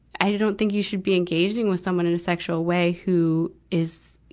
i don't think you should be engaging with someone in a sexual way who is,